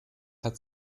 hat